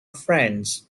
friends